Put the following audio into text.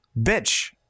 bitch